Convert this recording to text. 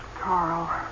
Carl